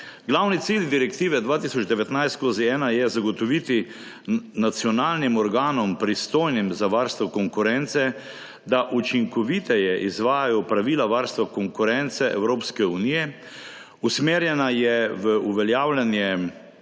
Glavni cilj Direktive 2019/1 je zagotoviti nacionalnim organom, pristojnim za varstvo konkurence, da učinkoviteje izvajajo pravila varstva konkurence Evropske unije. Usmerjena je v urejanje